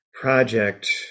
project